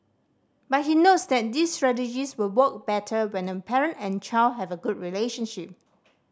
but he notes that these strategies will work better when a parent and child have a good relationship